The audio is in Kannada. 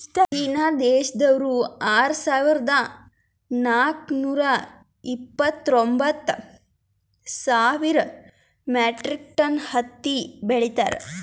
ಚೀನಾ ದೇಶ್ದವ್ರು ಆರ್ ಸಾವಿರದಾ ನಾಕ್ ನೂರಾ ಇಪ್ಪತ್ತ್ಮೂರ್ ಸಾವಿರ್ ಮೆಟ್ರಿಕ್ ಟನ್ ಹತ್ತಿ ಬೆಳೀತಾರ್